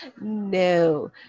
No